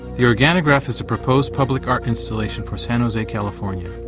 the organograph is a proposed public art installation for san jose california.